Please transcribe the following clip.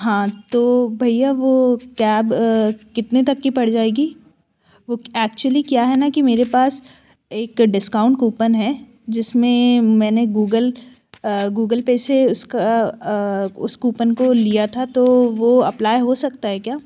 हाँ तो भैया वो कैब कितने तक की पड़ जाएगी वो एक्चुली क्या है ना कि मेरे पास एक डिस्काउंट कूपन है जिसमें मैंने गूगल गूगल पर से उसका उस कूपन को लिया था तो वो अप्लाय हो सकता है क्या